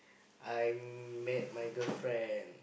I met my girlfriend